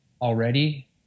already